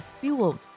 fueled